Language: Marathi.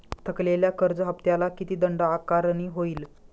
थकलेल्या कर्ज हफ्त्याला किती दंड आकारणी होईल?